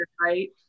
right